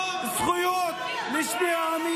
זו הדרך,